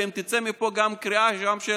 אם תצא מפה גם קריאה היום של